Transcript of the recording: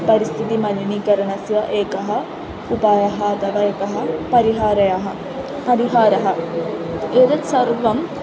परिस्थितिः नवीनीकरणस्य एकः उपायः अथवा एकः परिहारः परिहारः एतत् सर्वम्